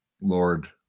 Lord